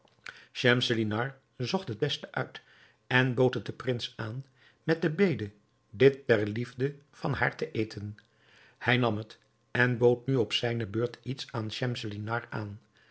schemselnihar zocht het beste uit en bood het den prins aan met de bede dit ter liefde van haar te eten hij nam het en bood nu op zijne beurt iets aan schemselnihar aan